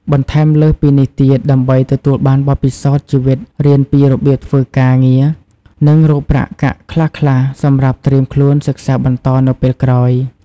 បន្ថែមលើសពីនេះទៀត ដើម្បីទទួលបានបទពិសោធន៍ជីវិត រៀនពីរបៀបធ្វើការងារ និងរកប្រាក់កាក់ខ្លះៗសម្រាប់ត្រៀមខ្លួនសិក្សាបន្តនៅពេលក្រោយ។